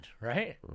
right